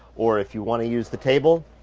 or if you want to use the table,